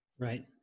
Right